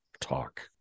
talk